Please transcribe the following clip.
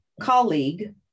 colleague